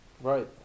Right